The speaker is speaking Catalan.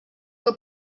que